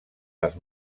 les